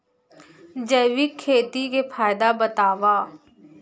जैविक खेती के फायदा बतावा?